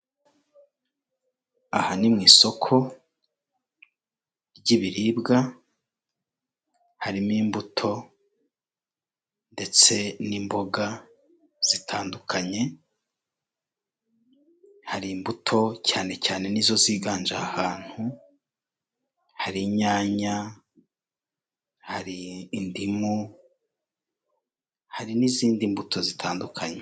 Aha ni mu isoko ry'ibiribwa harimo imbuto ndetse n'imboga zitandukanye, hari imbuto cyane cyane ni zo ziganje ahantu hari inyanya, hari indimu hari n'izindi mbuto zitandukanye.